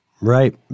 right